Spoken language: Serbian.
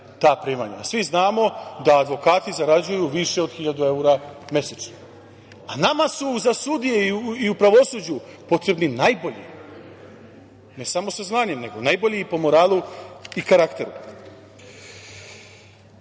ta primanja, a svi znamo da advokati zarađuju više od 1.000 evra mesečno. Nama su za sudije i u pravosuđu potrebni najbolji, ne samo sa znanjem, nego najbolji i po moralu i karakteru. Dakle,